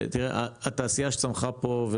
תראה, התעשייה שצמחה פה,